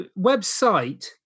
website